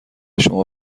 شما